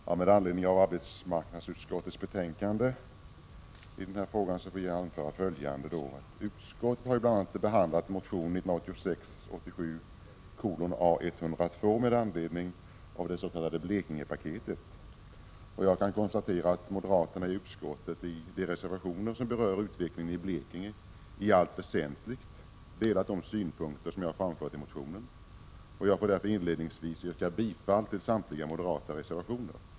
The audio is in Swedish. Herr talman! Med hänvisning till arbetsmarknadsutskottets betänkande 9 vill jag anföra följande. Utskottet har bl.a. behandlat motion 1986/87:A102 med anledning av det s.k. Blekingepaketet. Jag kan konstatera att moderaterna i utskottet i de reservationer som berör utvecklingen i Blekinge i allt väsentligt delar de synpunkter som jag framfört i motionen. Därför yrkar jag inledningsvis bifall till samtliga moderata reservationer.